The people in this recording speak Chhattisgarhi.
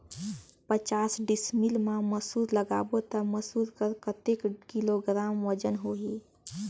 पचास डिसमिल मा मसुर लगाबो ता मसुर कर कतेक किलोग्राम वजन होही?